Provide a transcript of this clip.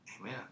amen